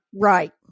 Right